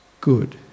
good